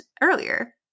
earlier